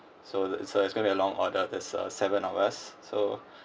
so that so it's going to be a long order because uh there's seven of us so